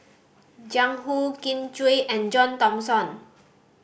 Jiang Hu Kin Chui and John Thomson